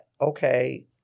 okay